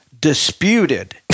disputed